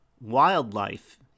wildlife